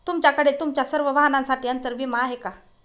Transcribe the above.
तुमच्याकडे तुमच्या सर्व वाहनांसाठी अंतर विमा आहे का